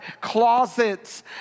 closets